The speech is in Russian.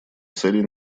целей